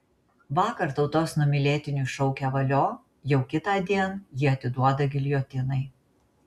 vakar tautos numylėtiniui šaukę valio jau kitądien jį atiduoda giljotinai